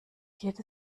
geht